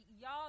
y'all